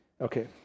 Okay